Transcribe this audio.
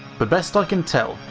but best i can tell,